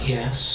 Yes